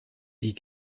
die